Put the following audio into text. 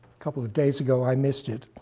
couple of days ago. i missed it,